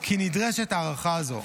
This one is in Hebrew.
כי נדרשת הארכה זו.